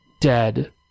dead